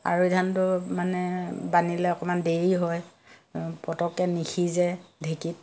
আৰৈ ধানটো মানে বানিলে অকণমান দেৰি হয় পতককৈ নিসিজে ঢেঁকীত